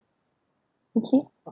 okay